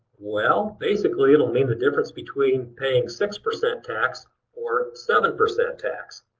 well basically it'll mean the difference between paying six percent tax or seven percent tax.